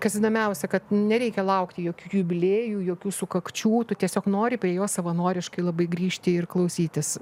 kas įdomiausia kad nereikia laukti jokių jubiliejų jokių sukakčių tu tiesiog nori prie jo savanoriškai labai grįžti ir klausytis